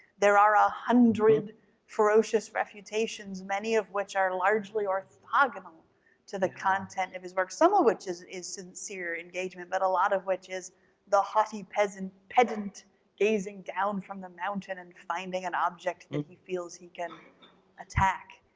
there are one ah hundred ferocious refutations, many of which are largely orthogonal to the content of his work. some of which is is sincere engagement but a lot of which is the hautie pedant pedant gazing down from the mountain and finding an object that he feels he can attack.